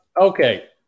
Okay